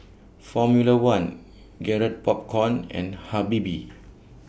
Formula one Garrett Popcorn and Habibie